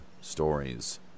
stories